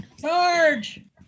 Charge